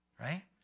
right